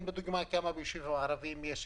למשל כמה כספומטים יש ביישובים ערביים.